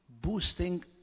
boosting